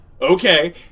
okay